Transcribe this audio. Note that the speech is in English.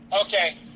Okay